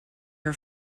her